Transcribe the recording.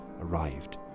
arrived